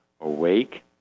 awake